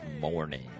morning